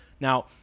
Now